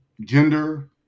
gender